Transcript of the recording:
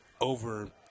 over